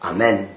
Amen